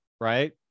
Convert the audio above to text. right